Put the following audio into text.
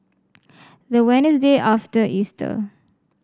the Wednesday after Easter